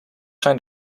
zijn